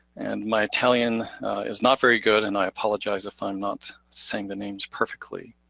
and my italian is not very good and i apologize if i'm not saying the names perfectly.